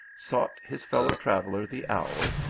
sought his fellow traveller the owl,